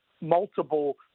Multiple